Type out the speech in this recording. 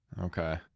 Okay